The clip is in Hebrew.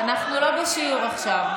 יש פה שרה.